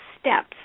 steps